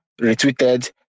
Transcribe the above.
retweeted